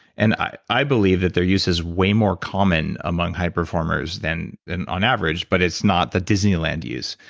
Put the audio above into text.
and i i believe that their use is way more common among high performers than on average but it's not the disneyland use.